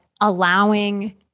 allowing